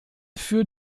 für